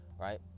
right